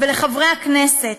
ולחברי הכנסת,